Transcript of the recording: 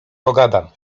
pogadam